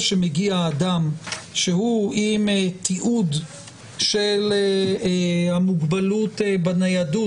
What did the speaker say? שמגיע אדם שהוא עם תיעוד של מוגבלות בניידות